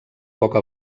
poca